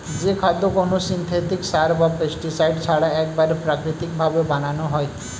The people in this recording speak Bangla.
যে খাদ্য কোনো সিনথেটিক সার বা পেস্টিসাইড ছাড়া একবারে প্রাকৃতিক ভাবে বানানো হয়